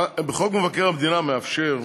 חוק מבקר המדינה מאפשר,